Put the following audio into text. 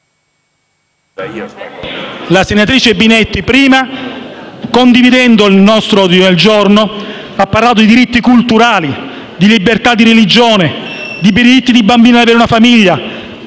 La senatrice Binetti prima, condividendo il nostro ordine del giorno G1, ha parlato di diritti culturali, di libertà di religione, di diritti del bambino ad avere una famiglia,